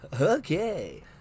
Okay